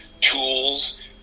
tools